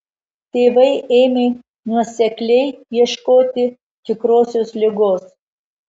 tėvai ėmė nuosekliai ieškoti tikrosios ligos